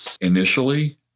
Initially